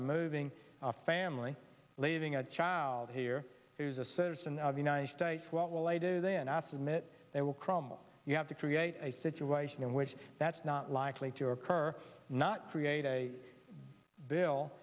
removing a family leaving a child here is a citizen of the united states what will i do then ask admit they will crumble you have to create a situation in which that's not likely to occur not create a bill